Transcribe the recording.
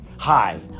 Hi